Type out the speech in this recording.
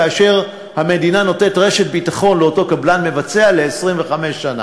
כאשר המדינה נותנת רשת ביטחון לאותו קבלן מבצע ל-25 שנה.